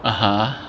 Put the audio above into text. (uh huh)